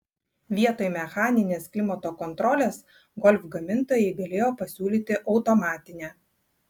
vietoj mechaninės klimato kontrolės golf gamintojai galėjo pasiūlyti automatinę